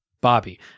Bobby